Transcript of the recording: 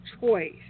choice